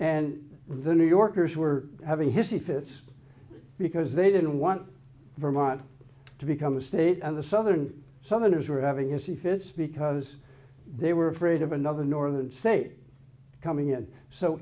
and the new yorkers were having hissy fits because they didn't want vermont to become a state and the southern southerners were having a hissy fits because they were afraid of another northern state coming in so